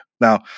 Now